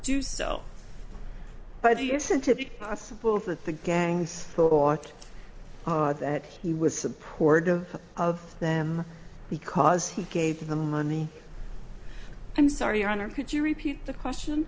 to be i suppose that the gangs thought that he was supportive of them because he gave them money i'm sorry your honor could you repeat the question